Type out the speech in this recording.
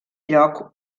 lloc